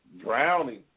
drowning